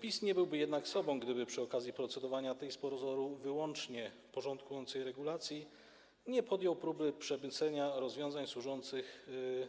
PiS nie byłby jednak sobą, gdyby przy okazji procedowania nad tą z pozoru wyłącznie porządkującą regulacją nie podjął próby przemycenia rozwiązań służących